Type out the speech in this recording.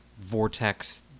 vortex